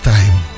Time